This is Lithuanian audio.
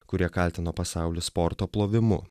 kurie kaltino pasaulį sporto plovimu